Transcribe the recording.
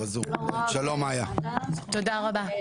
שלום לוועדה, תודה רבה,